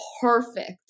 perfect